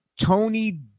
Tony